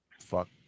Fuck